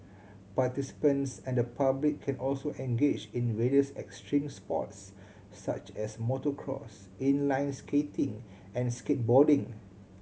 participants and the public can also engage in various extreme sports such as motocross inline skating and skateboarding